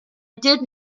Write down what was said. did